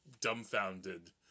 dumbfounded